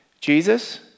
Jesus